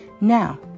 Now